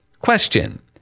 Question